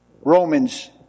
Romans